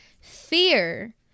fear